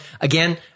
again